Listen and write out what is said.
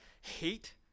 hate